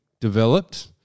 developed